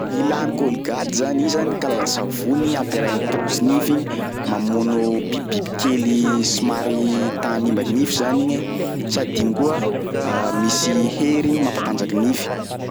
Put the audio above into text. Ny ilà ny colgate zany, iny zany karazany savony ampiaraha am'borosy igny, mamono bibibiby kelyy somary ta hanimba nify zany igny e sady igny koa misy hery igny mampatanjaky nify.